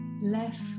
left